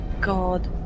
god